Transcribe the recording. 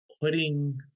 putting